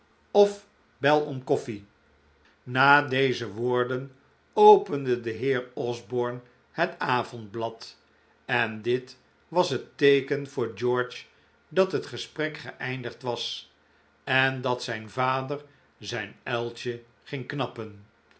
of bel om koffie na deze woorden opende de heer osborne het avondblad en dit was het teeken voor george dat het gesprek geeindigd was en dat zijn vader zijn uiltje ging knappen